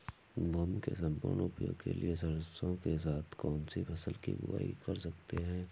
भूमि के सम्पूर्ण उपयोग के लिए सरसो के साथ कौन सी फसल की बुआई कर सकते हैं?